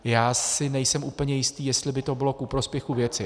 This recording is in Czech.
Já si nejsem úplně jistý, jestli by to bylo ku prospěchu věci.